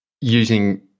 using